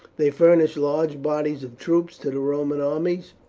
they furnish large bodies of troops to the roman armies,